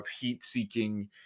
heat-seeking